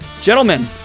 Gentlemen